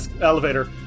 elevator